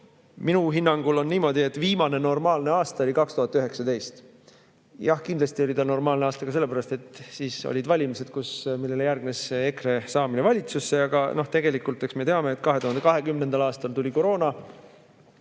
minu hinnangul on niimoodi, et viimane normaalne aasta oli 2019. Jah, kindlasti oli see normaalne aasta ka sellepärast, et siis olid valimised, millele järgnes EKRE saamine valitsusse, aga tegelikult me teame, et 2020. aastal tuli koroona,